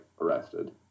arrested